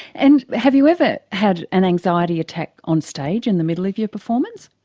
and have you ever had an anxiety attack on stage in the middle of your performance?